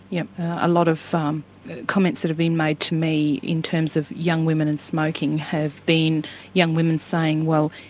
yep, a lot of um comments that have been made to me in terms of young women and smoking have been young women saying well,